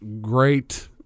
great